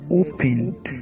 opened